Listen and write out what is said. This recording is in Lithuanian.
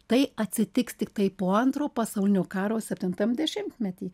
tai atsitiks tiktai po antro pasaulinio karo septintam dešimtmety